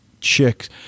chicks